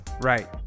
Right